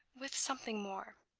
with something more.